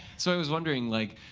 so i was wondering, like